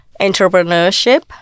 entrepreneurship